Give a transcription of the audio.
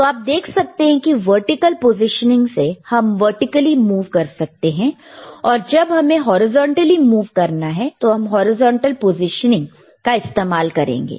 तो आप देख सकते हैं की वर्टिकल पोजिशनिंग से हम वर्टिकली मुव कर सकते हैं और जब हमें होरिजेंटली मुंव करना है तो हम हॉरिजॉन्टल पोजिशनिंग का इस्तेमाल करेंगे